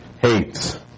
hates